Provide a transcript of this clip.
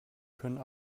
können